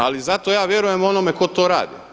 Ali zato ja vjerujem onome tko to radi.